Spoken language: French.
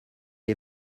les